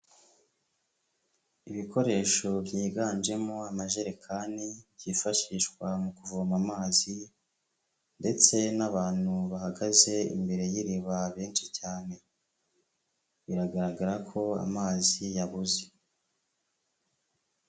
Ibikoresho byiganjemo amajerekani, byifashishwa mu kuvoma amazi ndetse n'abantu bahagaze imbere y'iriba benshi cyane. Biragaragara ko amazi yabuze.